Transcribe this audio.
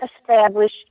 establish